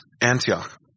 Antioch